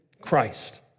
Christ